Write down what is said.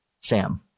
Sam